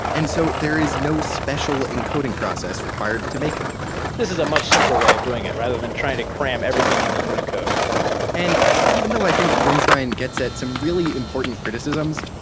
and so there is no special encoding process required to make them this is a much simpler way of doing it, rather than trying to cram everything into unicode and even though i think winstein gets at some really important criticisms,